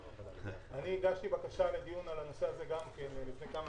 אני הגשתי בקשה לדיון על הנושא הזה לפני כמה